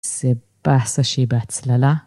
איזה באסה שהיא בהצללה.